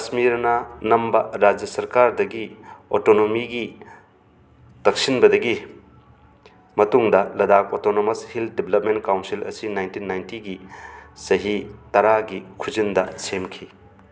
ꯀꯥꯥꯁꯃꯤꯔꯅ ꯅꯝꯕ ꯔꯥꯖ꯭ꯌ ꯁꯔꯀꯔꯗꯒꯤ ꯑꯣꯇꯣꯅꯣꯃꯤꯒꯤ ꯇꯛꯁꯤꯟꯕꯗꯒꯤ ꯃꯇꯨꯡꯗ Ladakh autonomous hill development council ꯑꯁꯤ ꯅꯥꯏꯟꯇꯤꯟ ꯅꯥꯏꯇꯤꯒꯤ ꯆꯍꯤ ꯇꯔꯥꯒꯤ ꯈꯨꯖꯤꯟꯗ ꯁꯦꯝꯈꯤ